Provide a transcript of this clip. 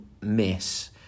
miss